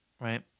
right